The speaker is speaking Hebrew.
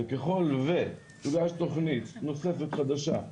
וככל ותוגש תוכנית נוספת חדשה,